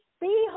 Behold